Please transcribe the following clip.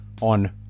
on